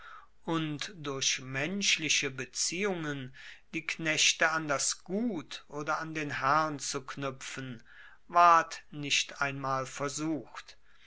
und durch menschliche beziehungen die knechte an das gut oder an den herrn zu knuepfen ward nicht einmal versucht